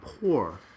Poor